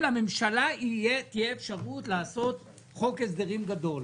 לממשלה תהיה אפשרות לעשות חוק הסדרים גדול.